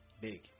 Big